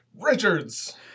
Richards